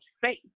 faith